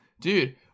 dude